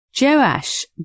Joash